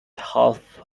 half